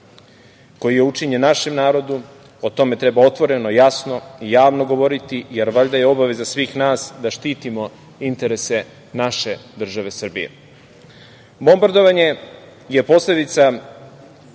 koji je učinjen našem narodu. O tome treba otvoreno, jasno i javno govoriti, jer valjda je obaveza svih nas da štitimo interese naše države Srbije. Bombardovanje je posledica,